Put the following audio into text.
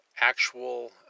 actual